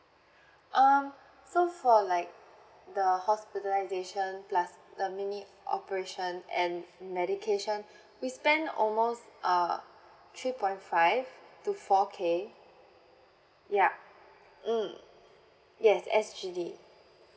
um so for like the hospitalisation plus the mini operation and medication we spent almost uh three point five to four K yup mm yes S_G_D